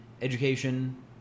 education